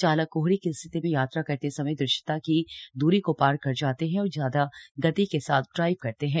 चालक कोहरे की स्थिति में यात्रा करते समय दृश्यता की द्री को पार कर जाते हैं और ज्यादा गति के साथ ड्राइव करते हैं